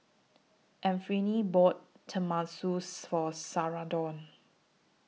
Anfernee bought Tenmusu For Sharonda